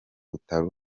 utari